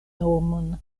nomon